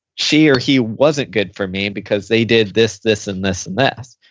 she or he wasn't good for me because they did this, this and this and this.